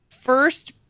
first